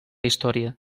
història